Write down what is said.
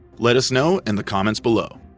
let us know in the comments below!